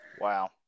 Wow